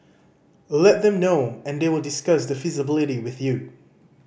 let them know and they will discuss the feasibility with you